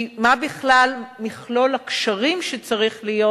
היא מה בכלל מכלול הקשרים שצריך להיות